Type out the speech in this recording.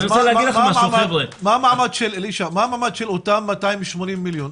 אלישע, מה המעמד של אותם 280 מיליון?